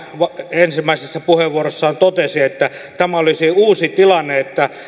ensimmäisessä puheenvuorossaan totesi että tämä olisi uusi tilanne että